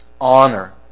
Honor